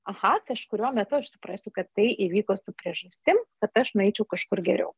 aha kažkuriuo metu aš suprasiu kad tai įvyko su priežastim kad aš nueičiau kažkur geriau